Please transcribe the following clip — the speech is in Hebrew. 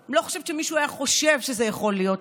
אני לא חושבת שמישהו היה חושב שזה יכול להיות,